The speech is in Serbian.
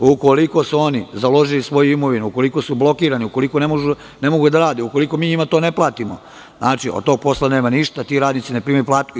Ukoliko su oni založili svoju imovinu, ukoliko su blokirani, ukoliko ne mogu da rade, ukoliko mi njima ne platimo, od tog posla nema ništa, ti radnici ne primaju plate.